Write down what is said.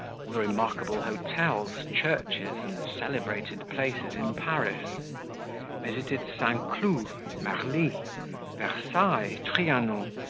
all the remarkable hotels, churches, and celebrated places in paris visited st. cloud, marli, versailles, trianon,